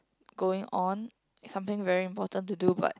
going on is something very important to do but